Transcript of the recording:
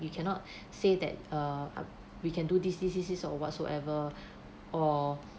you cannot say that err we can do this this this this or whatsoever or